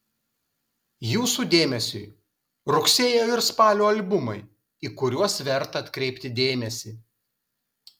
jūsų dėmesiui rugsėjo ir spalio albumai į kuriuos verta atkreipti dėmesį